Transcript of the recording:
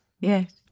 yes